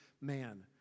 man